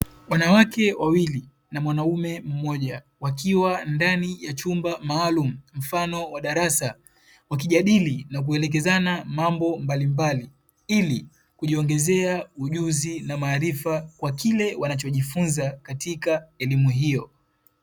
Wanawake wawili na mwanamke mmoja wakiwa kwenye chumba maalumu mfano wa darasa, wakijadili na kuelekezana mambo mbalimbali ili kujiongezea ujuzi na maarifa kwa kile wanachojifunza katika elimu hiyo.